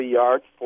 yards